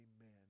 amen